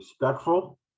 respectful